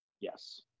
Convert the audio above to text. Yes